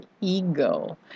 ego